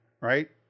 right